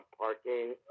parking